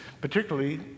Particularly